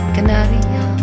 Canaria